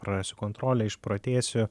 prarasiu kontrolę išprotėsiu